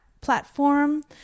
platform